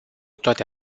toate